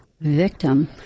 victim